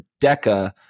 deca